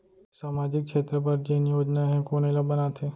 सामाजिक क्षेत्र बर जेन योजना हे कोन एला बनाथे?